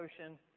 ocean